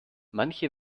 manche